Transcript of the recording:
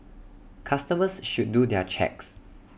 customers should do their checks